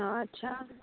অঁ আচ্ছা